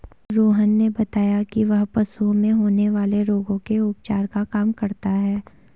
रोहन ने बताया कि वह पशुओं में होने वाले रोगों के उपचार का काम करता है